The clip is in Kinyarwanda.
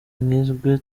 nkizwe